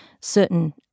certain